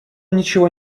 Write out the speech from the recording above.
ничего